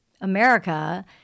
America